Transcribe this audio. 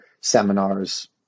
seminars